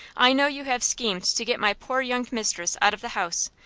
i know you have schemed to get my poor young mistress out of the house,